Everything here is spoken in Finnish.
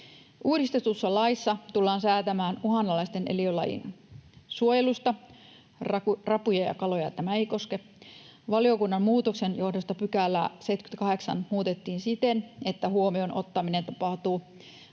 Uudistetussa laissa tullaan säätämään uhanalaisten eliölajien suojelusta — rapuja ja kaloja tämä ei koske. Valiokunnan muutoksen johdosta 78 §:ää muutettiin siten, että huomioon ottaminen tapahtuu